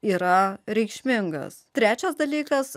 yra reikšmingas trečias dalykas